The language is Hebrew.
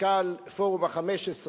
מנכ"ל פורום ה-15,